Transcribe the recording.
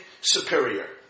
superior